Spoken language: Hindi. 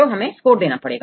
तो हमें स्कोर देना पड़ेगा